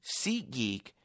SeatGeek